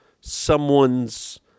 someone's